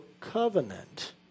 covenant